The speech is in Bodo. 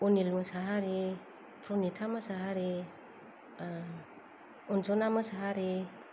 अनिल मोसाहारि प्रनिता मोसाहारि अन्जना मोसाहारि